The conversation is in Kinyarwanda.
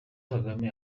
kagame